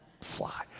fly